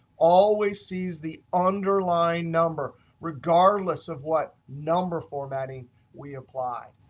always sees the underlying number regardless of what number formatting we apply.